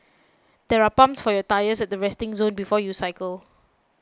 there are pumps for your tyres at the resting zone before you cycle